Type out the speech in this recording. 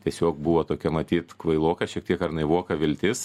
tiesiog buvo tokia matyt kvailoka šiek tiek ar naivoka viltis